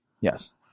Yes